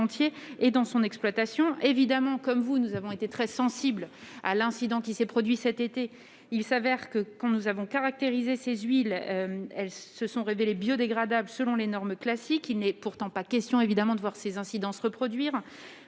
et dans son exploitation. Comme vous, monsieur le sénateur Cadec, nous avons été très sensibles à l'incident qui s'est produit cet été. Il s'avère que, quand nous avons caractérisé ces huiles, elles se sont révélées biodégradables, selon les normes classiques. Il n'est pourtant pas question, évidemment, de voir de tels incidents se reproduire